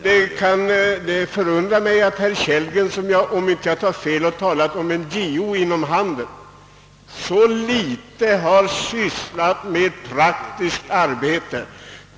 Det förundrar mig att herr Kellgren som — om jag inte tar fel — har talat om behovet av en JO inom handeln, så litet har sysslat med praktiskt arbete.